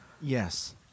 Yes